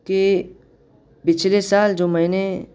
کہ پچھلے سال جو میں نے